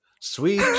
sweet